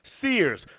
Sears